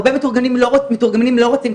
הרבה מתורגמנים לא רוצים.